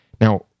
Now